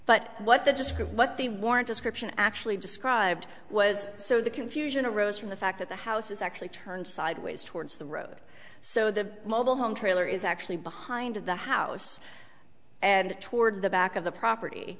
but what the gist of what the warrant description actually described was so the confusion arose from the fact that the house is actually turned sideways towards the road so the mobile home trailer is actually behind the house and toward the back of the property